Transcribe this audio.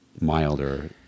milder